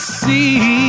see